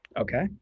Okay